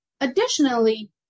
Additionally